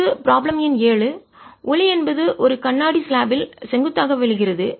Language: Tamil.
அடுத்து ப்ராப்ளம் எண் 7 ஒளி என்பது கண்ணாடி ஸ்லாப்பில் அடுக்கில் செங்குத்தாக விழுகிறது